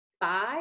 five